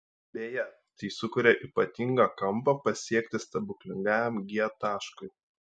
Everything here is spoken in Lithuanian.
beje tai sukuria ypatingą kampą pasiekti stebuklingajam g taškui